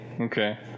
Okay